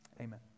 Amen